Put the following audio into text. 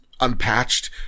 unpatched